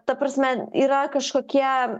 ta prasme yra kažkokie